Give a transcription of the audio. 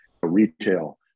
retail